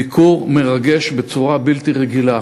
ביקור מרגש בצורה בלתי רגילה.